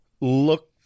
look